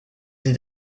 sie